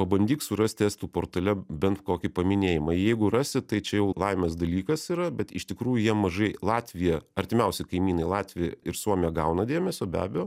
pabandyk surasti estų portale bent kokį paminėjimą jeigu rasi tai čia jau laimės dalykas yra bet iš tikrųjų jie mažai latvija artimiausi kaimynai latvija ir suomija gauna dėmesio be abejo